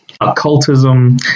occultism